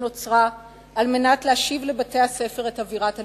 שנוצרה על מנת להשיב לבתי-הספר את אווירת הלימודים.